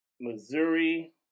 Missouri